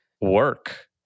work